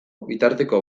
bitarteko